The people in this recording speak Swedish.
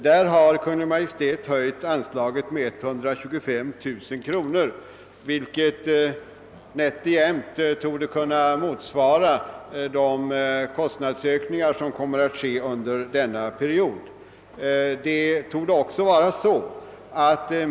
| Kungl. Maj:t har höjt anslaget med 125 000 kronor, vilket nätt och jämnt torde motsvara kostnadsökningarna under perioden.